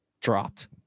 dropped